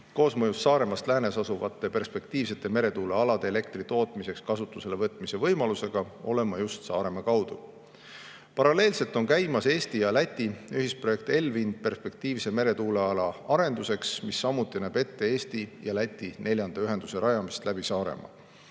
koosmõjus Saaremaast läänes asuvate perspektiivsete meretuulealade elektri tootmiseks kasutusele võtmise võimalusega olema just Saaremaa kaudu. Paralleelselt on käimas Eesti ja Läti ühisprojekt ELWIND perspektiivse meretuuleala arenduseks, mis samuti näeb ette Eesti ja Läti neljanda ühenduse rajamist läbi Saaremaa.